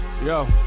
yo